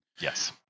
yes